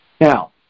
Now